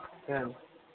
क्या